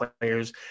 players